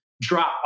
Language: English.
drop